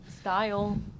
style